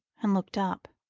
and looked up.